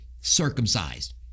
circumcised